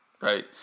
Right